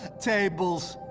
tables.